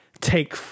take